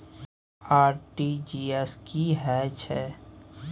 RTG S की है छै?